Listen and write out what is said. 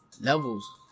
levels